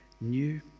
new